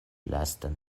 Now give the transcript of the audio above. lastan